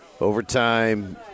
Overtime